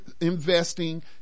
investing